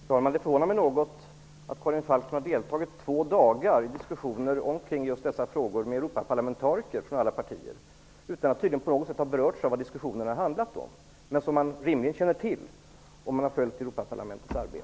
Herr talman! Det förvånar mig något att Karin Falkmer i två dagar har deltagit i diskussioner om just dessa frågor med Europaparlamentariker från alla partier, utan att hon tydligen på något sätt har berörts av vad diskussionerna har handlat om. Det känner man rimligen till om man har följt Europaparlamentets arbete.